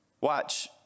Watch